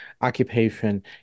occupation